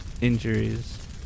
injuries